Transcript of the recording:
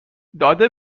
داده